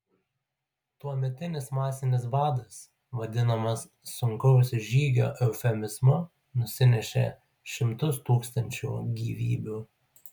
tuometinis masinis badas vadinamas sunkaus žygio eufemizmu nusinešė šimtus tūkstančių gyvybių